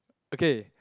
okay